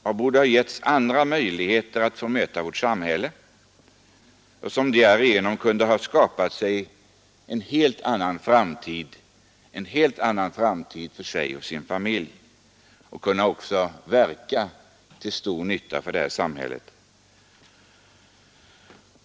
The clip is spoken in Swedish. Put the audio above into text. Om han hade getts andra möjligheter att möta vårt samhälle, kunde han ha skapat sig en helt annan framtid för sig och sin familj och skulle ha kunnat verka till stor nytta för samhället.